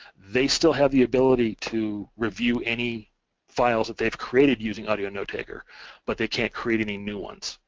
they still have the ability to review any files that they've created using audio notetaker but they can't create any new ones.